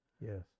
Yes